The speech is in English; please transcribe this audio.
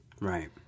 Right